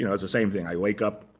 you know it's the same thing. i wake up.